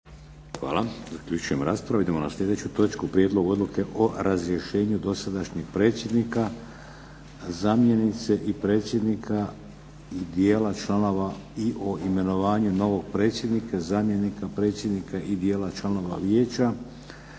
**Šeks, Vladimir (HDZ)** Idemo na sljedeću točku - Prijedlog odluke o razrješenju dosadašnjeg predsjednika, zamjenice predsjednika i dijela članova i o imenovanju novog predsjednika, zamjenika predsjednika i dijela članova Vijeća